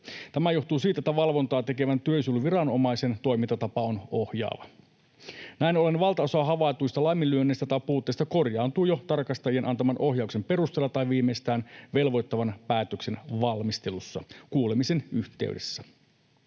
Tämä johtuu siitä, että valvontaa tekevän työsuojeluviranomaisen toimintatapa on ohjaava. Näin ollen valtaosa havaituista laiminlyönneistä tai puutteista korjaantuu jo tarkastajien antaman ohjauksen perusteella tai viimeistään velvoittavan päätöksen valmistelussa kuulemisen yhteydessä.